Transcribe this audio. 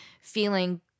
feeling